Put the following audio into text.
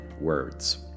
words